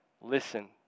listen